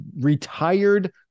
retired